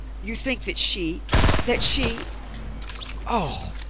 you think that she that she oh,